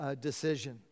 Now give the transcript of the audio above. decision